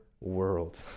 world